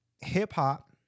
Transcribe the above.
hip-hop